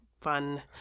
fun